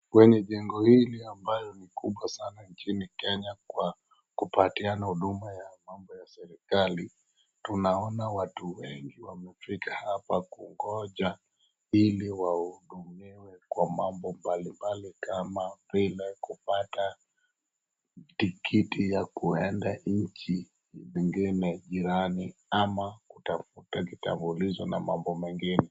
Kwenye jengo hili, ambayo ni kubwa sana nchini Kenya kwa kupatiana huduma ya mambo ya serikali, tunaona watu wengi wamefika hapa kungoja ili wahudumiwe kwa mambo mbalimbali kama vile kupata tikiti ya kuenda nchi nyingine jirani, ama kitambulisho, na mambo mengine.